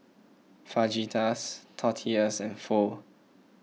Fajitas Tortillas and Pho